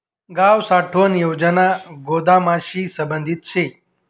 गाव साठवण योजना गोदामशी संबंधित शे